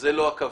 וזאת לא הכוונה.